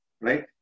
right